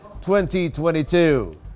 2022